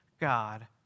God